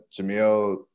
Jamil